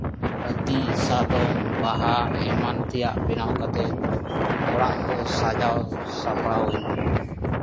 ᱦᱟᱹᱛᱤ ᱥᱟᱫᱚᱢ ᱵᱟᱦᱟ ᱮᱢᱟᱱ ᱛᱮᱭᱟᱜ ᱵᱮᱱᱟᱣ ᱠᱟᱛᱮᱫ ᱚᱲᱟᱜ ᱠᱚ ᱥᱟᱡᱟᱣ ᱥᱟᱯᱲᱟᱣ ᱟᱹᱧ